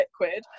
liquid